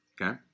okay